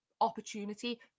opportunity